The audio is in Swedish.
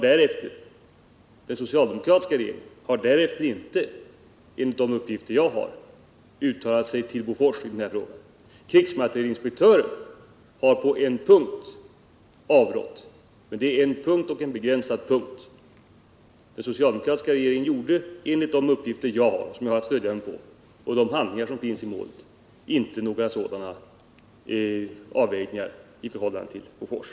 Den socialdemokratiska regeringen har därefter inte, enligt de uppgifter jag har, uttalat sig till Bofors i den här frågan. Krigsmaterielinspektören har på en punkt avrått — alltså på en begränsad punkt. Den socialdemokratiska regeringen gjorde, enligt de uppgifter som jag har att stödja mig på och enligt de handlingar som finns i målet, inte några sådana avvägningar i förhållande till Bofors.